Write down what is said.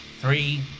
Three